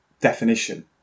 definition